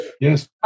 Yes